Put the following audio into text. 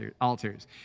altars